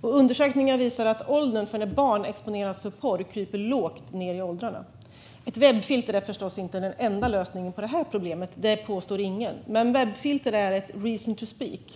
Undersökningar visar att tidpunkten då barn exponeras för porr kryper långt ned i åldrarna. Ett webbfilter är förstås inte den enda lösningen på problemet; det påstår ingen. Men ett webbfilter är en reason to speak.